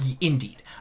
Indeed